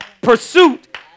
pursuit